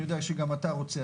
אני יודע שגם אתה רוצה,